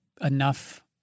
enough